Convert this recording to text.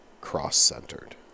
cross-centered